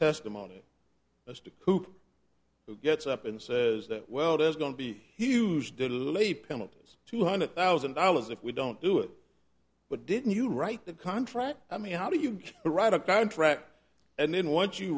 testimony as to who gets up and says that well there's going to be huge delay penalties two hundred thousand dollars if we don't do it but didn't you write the contract i mean how do you write a contract and then once you